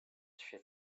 she